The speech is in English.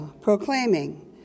proclaiming